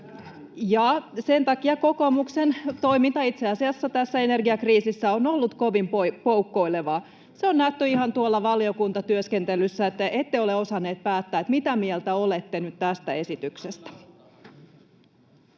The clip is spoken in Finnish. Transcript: Sen takia kokoomuksen toiminta itse asiassa tässä energiakriisissä on ollut kovin poukkoilevaa. Se on nähty ihan tuolla valiokuntatyöskentelyssä, että ette ole osanneet päättää, mitä mieltä olette nyt tästä esityksestä.